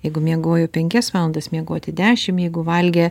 jeigu miegojo penkias valandas miegoti dešim jeigu valgė